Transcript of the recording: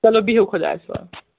چلو بِہِو خۄایس حوال